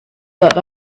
that